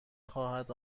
خواهد